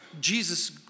Jesus